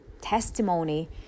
testimony